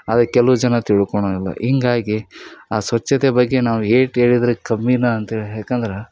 ಆದರೆ ಕೆಲವು ಜನ ತಿಳ್ಕೊಳೋಲ್ಲ ಹಿಂಗಾಗಿ ಆ ಸ್ವಚ್ಛತೆ ಬಗ್ಗೆ ನಾವು ಎಷ್ಟ್ ಹೇಳಿದ್ರು ಕಮ್ಮಿನೇ ಅಂತೇಳಿ ಯಾಕಂದ್ರೆ